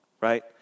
right